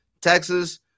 Texas